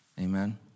Amen